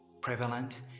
prevalent